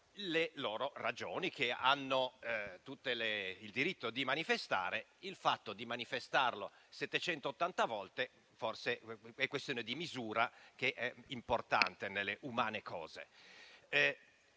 le loro ragioni, che hanno tutto il diritto di manifestare; ma il fatto di manifestarlo 780 volte forse è questione di misura, che è importante nelle umane cose.